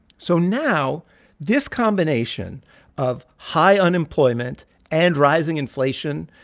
so now this combination of high unemployment and rising inflation,